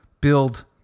build